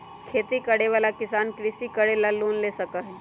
खेती करे वाला किसान कृषि करे ला लोन ले सका हई